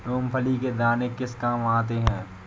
मूंगफली के दाने किस किस काम आते हैं?